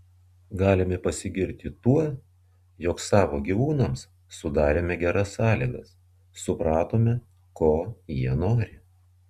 galime pasigirti tuo jog savo gyvūnams sudarėme geras sąlygas supratome ko jie nori